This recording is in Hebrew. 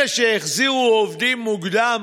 אלה שהחזירו עובדים מוקדם